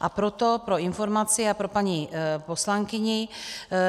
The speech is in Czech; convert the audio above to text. A proto pro informaci a pro paní poslankyni,